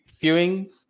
viewing